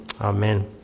Amen